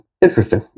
Interesting